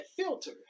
filter